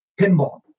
pinball